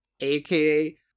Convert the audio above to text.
aka